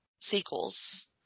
sequels